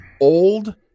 old